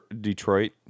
Detroit